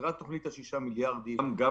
מטרת תוכנית ה-6 מיליארד שתי מטרות בעצם.